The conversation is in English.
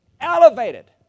elevated